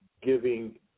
giving